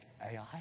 Ai